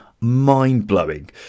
mind-blowing